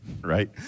right